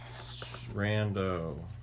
Rando